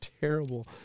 terrible